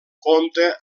compta